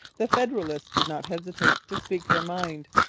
the federalists did not hesitate to speak their mind.